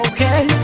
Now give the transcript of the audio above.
Okay